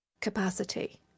capacity